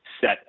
set